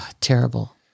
Terrible